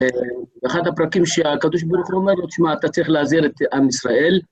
ואחד הפרקים שהקדוש ברוך הוא אומר לו, תשמע, אתה צריך להזהיר את עם ישראל.